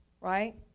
Right